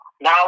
Now